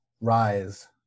Rise